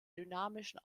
dynamischen